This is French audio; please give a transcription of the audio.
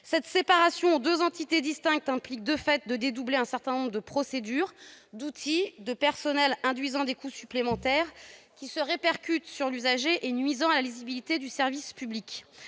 Cette séparation en deux entités distinctes implique, de fait, de dédoubler un certain nombre de procédures, d'outils, de personnels, induisant des coûts supplémentaires, qui se répercutent sur l'usager, et nuisant à la lisibilité du service public.